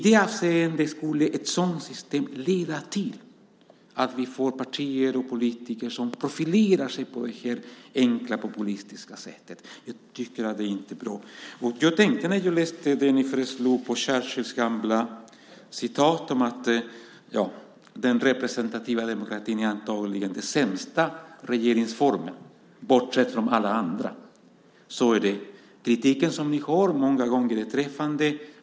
I det avseendet skulle ett sådant system som föreslås leda till att vi får partier och politiker som profilerar sig på detta enkla, populistiska sätt. Det är inte bra. När jag läste det ni föreslog tänkte jag på det gamla citatet av Churchill som säger: Den representativa demokratin är antagligen den sämsta regeringsformen, bortsett från alla andra. Den kritik som ni har är många gånger träffande.